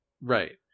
Right